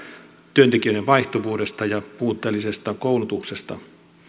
työntekijöiden vaihtuvuudesta ja puutteellisesta koulutuksesta